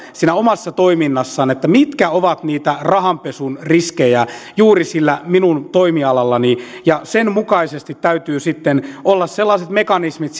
siinä omassa toiminnassaan mitkä ovat niitä rahanpesun riskejä juuri sillä minun toimialallani ja sen mukaisesti täytyy sitten olla sellaiset mekanismit